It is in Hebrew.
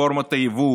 רפורמת היבוא,